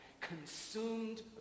consumed